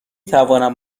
توانم